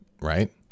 right